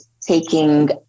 taking